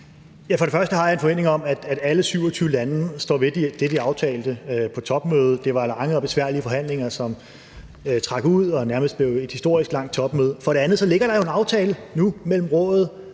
For det første har jeg en forventning om, at alle 27 lande står ved det, de aftalte på topmødet. Det var lange og besværlige forhandlinger, som trak ud, og det blev nærmest et historisk langt topmøde. For det andet ligger der jo en aftale nu mellem Rådet